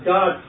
God